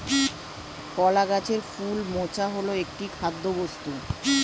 কলা গাছের ফুল মোচা হল একটি খাদ্যবস্তু